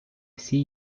всі